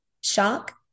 shock